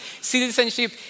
citizenship